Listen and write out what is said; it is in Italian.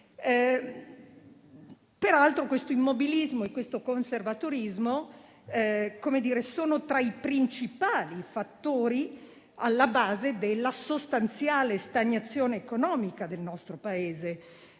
Peraltro l'immobilismo e il conservatorismo sono tra i principali fattori alla base della sostanziale stagnazione economica del nostro Paese,